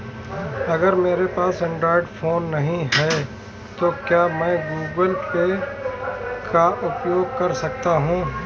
अगर मेरे पास एंड्रॉइड फोन नहीं है तो क्या मैं गूगल पे का उपयोग कर सकता हूं?